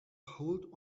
hold